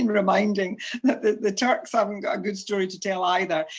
and reminding that the the turks haven't got a good story to tell either,